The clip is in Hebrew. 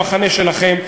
המחנה שלכם.